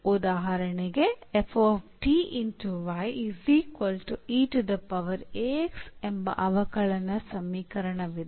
ಉದಾಹರಣೆಗೆ ಎಂಬ ಅವಕಲನ ಸಮೀಕರಣವಿದೆ